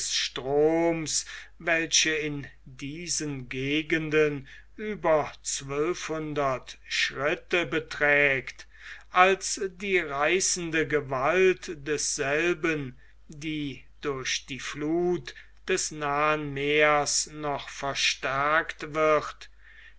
stroms welche in diesen gegenden über zwölfhundert schritte beträgt als die reißende gewalt desselben die durch die fluth des nahen meeres noch verstärkt wird